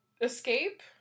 escape